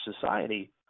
society